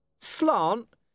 Slant